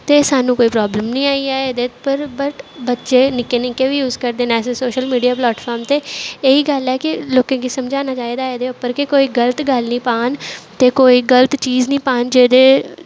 ते सानूं कोई प्राब्लम निं आई ऐ एह्दे उप्पर बट बच्चे निक्के निक्के बी यूज करदे न as a social media platform ते एह् ही गल्ल ऐ कि लोकें गी समझाना चाहिदा एह्दे उप्पर कि कोई गल्त गल्ल नी पान ते कोई गल्त चीज निं पान जेह्दे